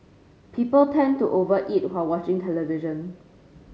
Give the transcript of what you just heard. people tend to over eat while watching the television